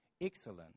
excellent